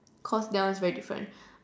cause that one is very different